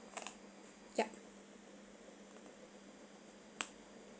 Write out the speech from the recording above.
yup